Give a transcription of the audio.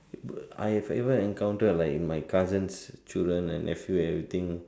I have even encounter like my cousins children and nephew and everything